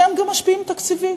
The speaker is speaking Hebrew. שהם גם משפיעים תקציבית.